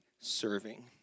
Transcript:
serving